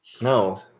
No